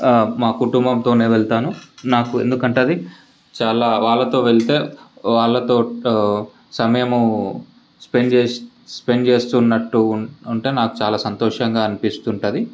మా కుటుంబంతోనే వెళ్తాను నాకు ఎందుకంటే అది చాలా వాళ్ళతో వెళ్తే వాళ్ళతో సమయము స్పెండ్ చేస్తు స్పెండ్ చేస్తు ఉన్నట్టు ఉంటే నాకు చాలా సంతోషంగా అనిపిస్తుంటుంది